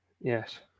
Yes